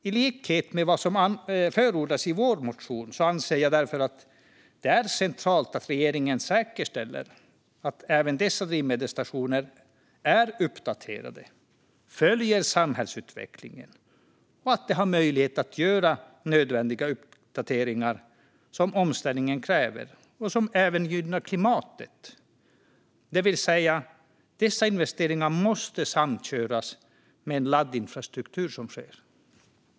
I likhet med vad som förordas i vår motion anser jag därför att det är centralt att regeringen säkerställer att även dessa drivmedelsstationer är uppdaterade, följer samhällsutvecklingen och har möjlighet att göra nödvändiga uppdateringar som omställningen kräver och som även gynnar klimatet. Dessa investeringar måste alltså samköras med den laddinfrastruktur som sker.